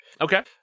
Okay